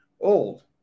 old